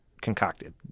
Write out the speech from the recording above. concocted